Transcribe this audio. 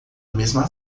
mesma